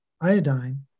iodine